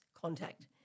contact